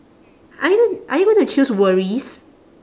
are you are you going to choose worries